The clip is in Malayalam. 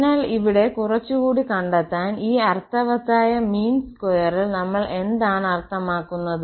അതിനാൽ ഇവിടെ കുറച്ചുകൂടി കണ്ടെത്താൻ ഈ അർത്ഥവത്തായ മീൻ സ്ക്വയറിൽ നമ്മൾ എന്താണ് അർത്ഥമാക്കുന്നത്